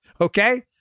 Okay